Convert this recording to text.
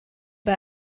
bei